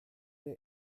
der